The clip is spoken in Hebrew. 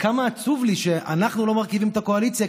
וכמה עצוב לי שאנחנו לא מרכיבים את הקואליציה,